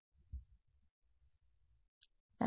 విద్యార్థి సాధారణంగా ఉండటానికి